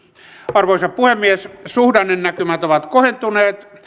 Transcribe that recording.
arvoisa puhemies suhdannenäkymät ovat kohentuneet